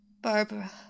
Barbara